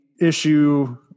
issue